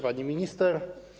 Pani Minister!